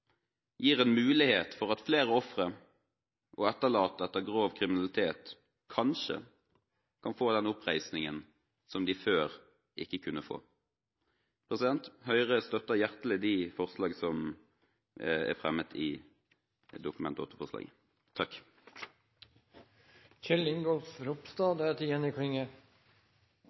gir en mulighet for at flere ofre og etterlatte etter grov kriminalitet kanskje kan få den oppreisningen som de før ikke kunne få. Høyre støtter hjertelig de forslag som er fremmet i Dokument